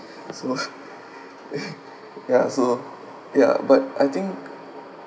so ya so ya but I think